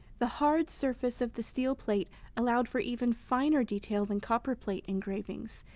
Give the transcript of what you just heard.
the hard surface of the steel plate allowed for even finer detail than copperplate engravings,